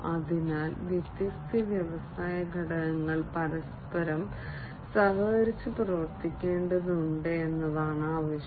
അതിനാൽ വ്യത്യസ്ത വ്യവസായ ഘടകങ്ങൾ പരസ്പരം സഹകരിച്ച് പ്രവർത്തിക്കേണ്ടതുണ്ട് എന്നതാണ് ആവശ്യം